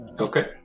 Okay